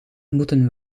moeten